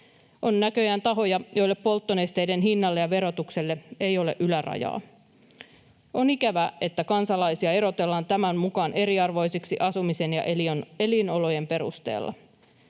On näköjään tahoja, joille polttonesteiden hinnalle ja verotukselle ei ole ylärajaa. On ikävää, että kansalaisia erotellaan tämän mukaan eriarvoisiksi asumisen ja elinolojen perusteella.